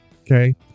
okay